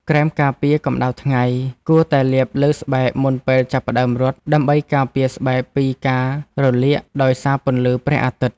ក្រែមការពារកម្ដៅថ្ងៃ គួរតែលាបលើស្បែកមុនពេលចាប់ផ្ដើមរត់ ដើម្បីការពារស្បែកពីការរលាកដោយសារពន្លឺព្រះអាទិត្យ។